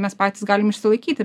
mes patys galim išsilaikyti